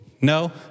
no